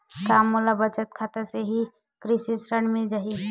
का मोला बचत खाता से ही कृषि ऋण मिल जाहि?